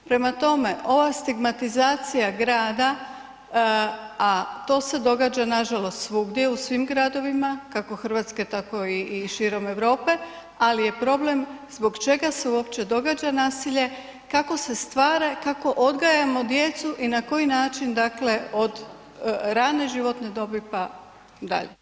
Prema tome, ova stigmatizacija grada a to se događa nažalost svugdje, u svim gradovima kako Hrvatske tako i širom Europe ali je problem zbog čega se uopće događa nasilje, kako se stvara i kako odgajamo djecu i na koji način od rane životne dobi pa dalje.